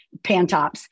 pantops